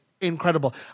incredible